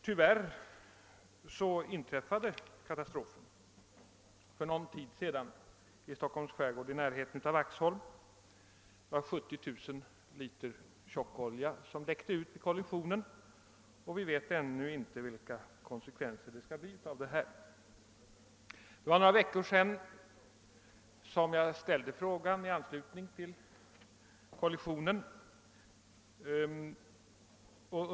Tyvärr inträffade katastrofen för någon tid sedan i Stockholms skärgård i närheten av Vaxholm. Det var 70 000 liter tjockolja som läckte ut vid en fartygskollision, och vi vet ännu inte vilka konsekvenser det skall bli av detta. Det var för några veckor sedan som jag ställde frågan i anslutning till att kollisionen inträffat.